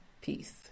Peace